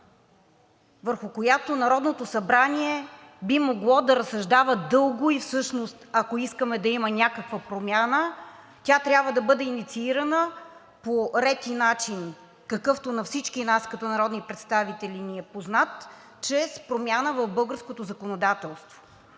върху която Народното събрание би могло да разсъждава дълго. Всъщност, ако искаме да има някаква промяна, тя трябва да бъде инициирана по ред и начин, какъвто на всички нас като народни представители ни е познат – чрез промяна в българското законодателство.